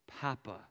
papa